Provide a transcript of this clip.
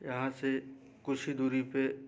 यहाँ से कुछ ही दूरी पे